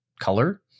color